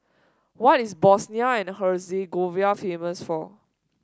what is Bosnia and Herzegovina famous for